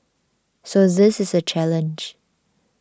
so this is a challenge